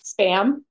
spam